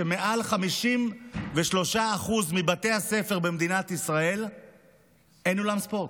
שבמעל 53% מבתי הספר במדינת ישראל אין אולם ספורט.